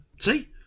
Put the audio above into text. See